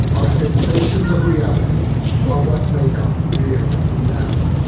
our sensations of reality are what make up reality now.